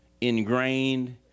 ingrained